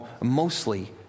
Mostly